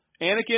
Anakin